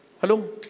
Hello